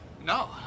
No